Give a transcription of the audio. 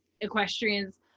equestrians